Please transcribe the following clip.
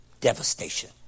devastation